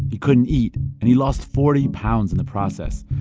he couldn't eat, and he lost forty pounds in the process.